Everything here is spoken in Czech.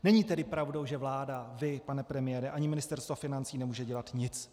Není tedy pravdou, že vláda, vy pane premiére, ani Ministerstvo financí nemůže dělat nic.